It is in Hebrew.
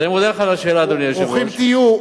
מי אמר שצריכים את זה?